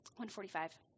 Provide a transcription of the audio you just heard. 145